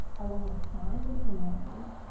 along with sides of the nose,